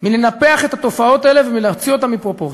מלנפח את התופעות האלה ולהוציא אותן מפרופורציה.